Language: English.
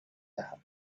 that